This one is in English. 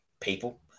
people